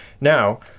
now